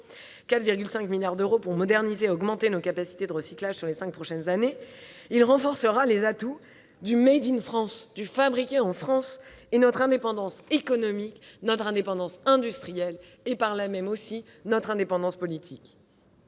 4,5 milliards d'euros pour moderniser et augmenter nos capacités de recyclage sur les cinq prochaines années -, il renforcera les atouts du « made in France », du fabriqué en France, notre indépendance économique, notre indépendance industrielle et, par là même, notre indépendance politique.